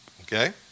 Okay